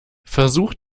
versucht